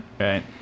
Right